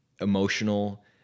emotional